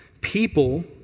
people